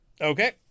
Okay